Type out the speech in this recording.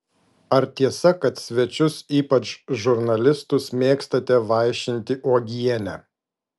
ar tiesa kad svečius ypač žurnalistus mėgstate vaišinti uogiene